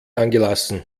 angelassen